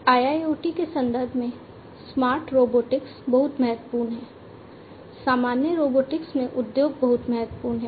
IIoT के संदर्भ में स्मार्ट रोबोटिक्स बहुत महत्वपूर्ण है सामान्य रोबोटिक्स में उद्योग बहुत महत्वपूर्ण हैं